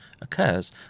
occurs